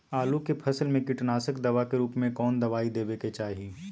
आलू के फसल में कीटनाशक दवा के रूप में कौन दवाई देवे के चाहि?